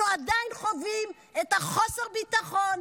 אנחנו עדיין חווים את חוסר הביטחון,